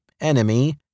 enemy